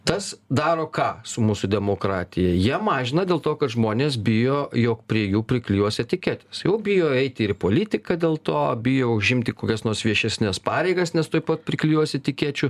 tas daro ką su mūsų demokratija ją mažina dėl to kad žmonės bijo jog prie jų priklijuos etiketes jau bijo eit ir į politiką dėl to bijo užimti kokias nors viešesnes pareigas nes tuoj pat priklijuos etikečių